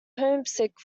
homesick